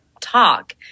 talk